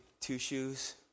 two-shoes